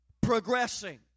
progressing